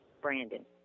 Brandon